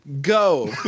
Go